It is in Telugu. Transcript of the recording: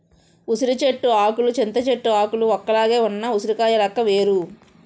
ఉసిరి చెట్టు ఆకులు చింత చెట్టు ఆకులు ఒక్కలాగే ఉన్న ఉసిరికాయ లెక్క వేరు